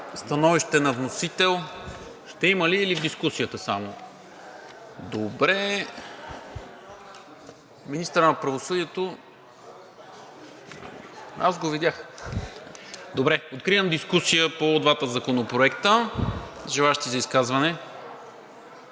Становище на вносител ще има ли, или в дискусията само? Добре. Министърът на правосъдието – аз го видях. Добре, откривам дискусия по двата законопроекта. Желаещи за изказване?